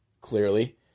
clearly